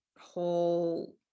whole